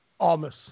Almas